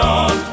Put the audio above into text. on